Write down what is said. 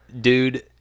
Dude